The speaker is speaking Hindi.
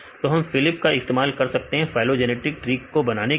तो हम फिलिप का इस्तेमाल कर सकते हैं फाइलओंजेनेटिक ट्री बनाने के लिए